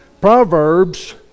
Proverbs